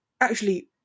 Actually